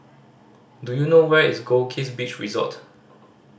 do you know where is Goldkist Beach Resort